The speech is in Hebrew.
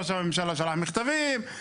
ראש הממשלה שלח מכתבים,